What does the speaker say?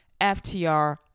FTR